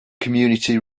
community